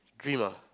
dream ah